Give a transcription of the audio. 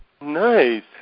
Nice